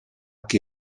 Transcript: che